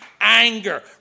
anger